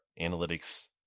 Analytics